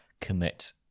commit